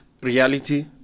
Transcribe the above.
reality